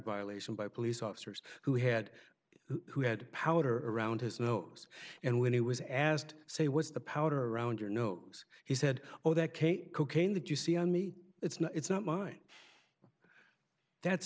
violation by police officers who had who had powder around his nose and when he was asked say was the powder around your nose he said oh that kate cocaine that you see on me it's not it's not my that's